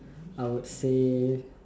I would say